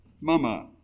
mama